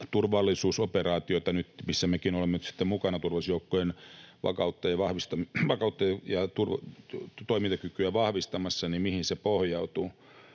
turvallisuusoperaatio, missä mekin olemme nyt sitten mukana turvallisuusjoukkojen vakautta ja toimintakykyä vahvistamassa, pohjautuu.